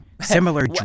Similar